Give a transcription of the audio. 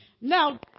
Now